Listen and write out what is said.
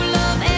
love